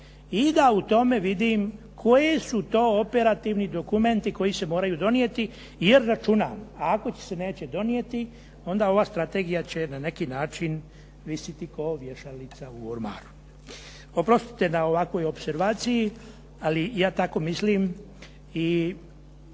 i da u tome vidim koje su to operativni dokumenti koji se moraju donijeti jer računam, ako se neće donijeti onda ova strategija će na neki način visiti kao vješalica u ormaru. Oprostite na ovakvoj opservaciji ali ja tako mislim i